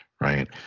right